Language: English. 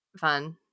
fun